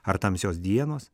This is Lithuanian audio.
ar tamsios dienos